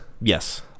Yes